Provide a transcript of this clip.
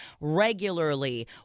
regularly